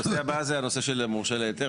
הנושא הבא זה הנושא של המורשה להיתר,